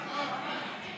בעד.